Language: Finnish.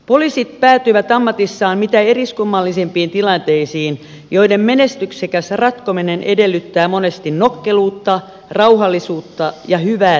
poliisit päätyvät ammatissaan mitä eriskummallisimpiin tilanteisiin joiden menestyksekäs ratkominen edellyttää monesti nokkeluutta rauhallisuutta ja hyvää tilannetajua